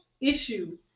issue